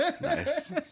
Nice